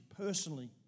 personally